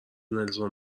نلسون